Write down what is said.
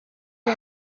bya